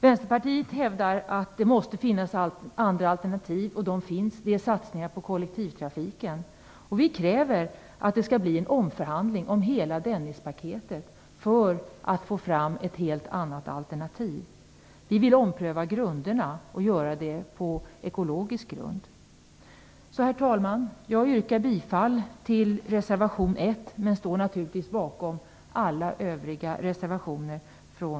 Vänsterpartiet hävdar att det måste finnas andra alternativ, nämligen satsningar på kollektivtrafiken. Vi kräver en omförhandling av hela Dennispaketet för att få fram ett helt annat alternativ. Vi vill ompröva grunderna och göra det på ett ekologiskt sätt. Herr talman! Jag yrkar bifall till reservation 1 men står naturligtvis bakom alla övriga reservationer från